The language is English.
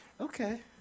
Okay